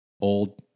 old